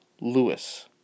Lewis